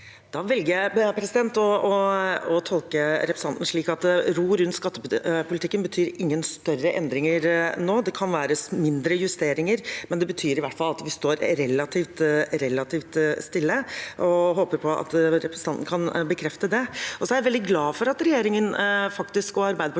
Da velger jeg å tolke representanten slik at ro rundt skattepolitikken betyr ingen større endringer nå. Det kan være mindre justeringer, men det betyr i hvert fall at vi står relativt stille. Jeg håper at representanten kan bekrefte det. Jeg er veldig glad for at regjeringen og Arbeiderpartiet